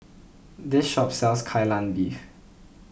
this shop sells Kai Lan Beef